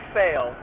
fail